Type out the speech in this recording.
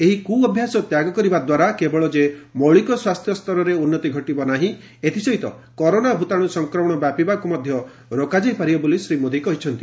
ଏହି କୁ ଅଭ୍ୟାସ ତ୍ୟାଗ କରିବାଦ୍ୱାରା କେବଳ ଯେ ମୌଳିକ ସ୍ୱାସ୍ଥ୍ୟ ସ୍ତରରେ ଉନ୍ନତି ଘଟିବ ନାହିଁ ଏଥିସହିତ କରୋନା ଭୂତାଣୁ ସଂକ୍ରମଣ ବ୍ୟାପିବାକୁ ମଧ୍ୟ ରୋକାଯାଇପାରିବ ବୋଲି ଶ୍ରୀ ମୋଦି କହିଛନ୍ତି